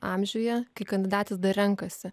amžiuje kai kandidatės dar renkasi